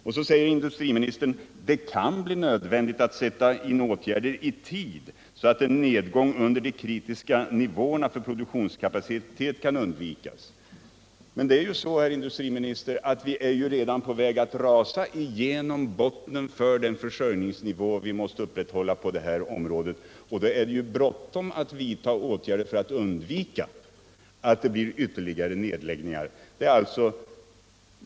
Vidare säger industriministern i svaret att det ”kan bli nödvändigt att sätta in åtgärder i tid så att en nedgång under de kritiska nivåerna för produktionskapacitet kan undvikas”. Men det är ju så, herr industriminister, att vi redan är på väg att rasa igenom botten för den försörjningsnivå som vi måste upprätthålla på detta område. Då är det bråttom att vidta åtgärder för att undvika ytterligare nedläggningar.